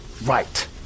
Right